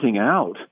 out